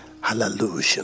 Hallelujah